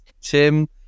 Tim